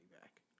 back